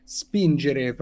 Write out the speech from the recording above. spingere